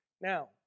Now